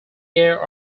air